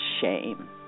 shame